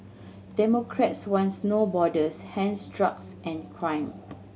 democrats wants No Borders hence drugs and crime